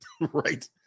Right